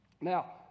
Now